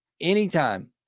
Anytime